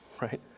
right